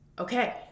Okay